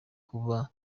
kuba